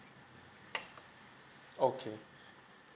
okay